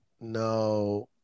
No